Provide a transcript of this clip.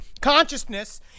consciousness